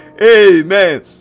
Amen